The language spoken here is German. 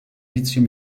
lithium